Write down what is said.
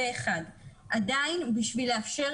אני מסכימה